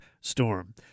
Storm